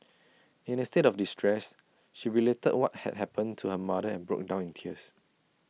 in her state of distress she related what had happened to her mother and broke down in tears